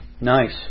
Nice